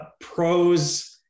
pros